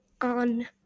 on